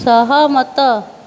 ସହମତ